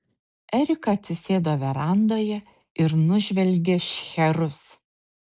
erika atsisėdo verandoje ir nužvelgė šcherus